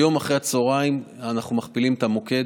היום אחרי הצוהריים אנחנו מכפילים את המוקד.